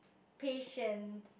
patient